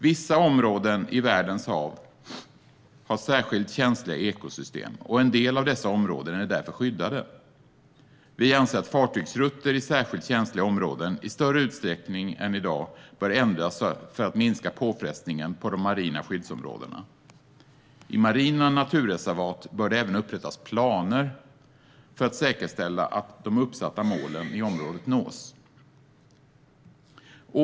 Vissa områden i världens hav har särskilt känsliga ekosystem, och en del av dessa områden är därför skyddade. Vi anser att fartygsrutter i särskilt känsliga områden i större utsträckning än i dag bör ändras för att minska påfrestningen på de marina skyddsområdena. För marina naturreservat bör det även upprättas planer för att säkerställa att de uppsatta målen för området nås.